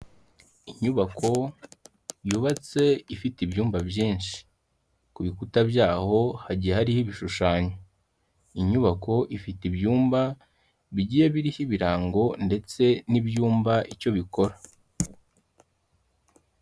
Inyubako yubatse ifite ibyumba byinshi, ku bikuta byaho hagiye hariho ibishushanyo, inyubako ifite ibyumba bigiye biriho ibirango ndetse n'ibyumba icyo bikora.